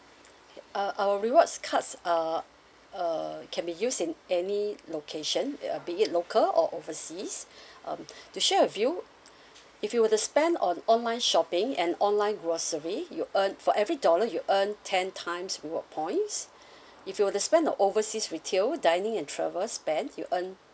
okay uh our rewards cards uh uh can be used in any location at uh be it local or overseas um to share with you if you were to spend on online shopping and online grocery you earn for every dollar you earn ten times reward points if you were to spend on overseas retail dining and travel spend you earn